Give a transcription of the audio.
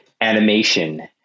animation